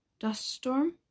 Duststorm